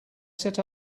set